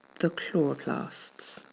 the chloroplasts.